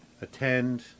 attend